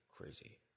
crazy